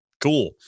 cool